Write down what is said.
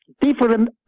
Different